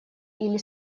или